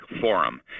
forum